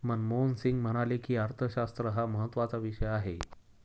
मनमोहन सिंग म्हणाले की, अर्थशास्त्र हा महत्त्वाचा विषय आहे